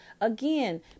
again